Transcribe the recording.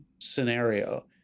scenario